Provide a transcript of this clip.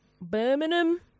Birmingham